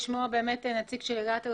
נשמח לשמוע את נציג עיריית הרצליה.